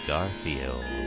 Garfield